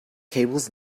cables